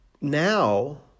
now